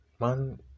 Man